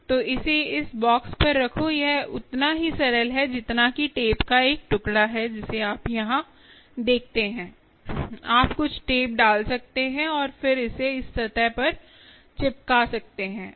तो इसे इस बॉक्स पर रखो यह उतना ही सरल है जितना कि टेप का एक टुकड़ा है जिसे आप यहां देखते हैं आप कुछ टेप डाल सकते हैं और फिर इसे इस सतह पर चिपका सकते हैं